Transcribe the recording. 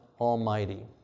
Almighty